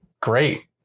great